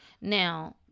Now